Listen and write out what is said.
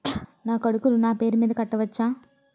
నా కొడుకులు నా పేరి మీద కట్ట వచ్చా?